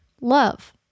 love